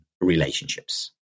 relationships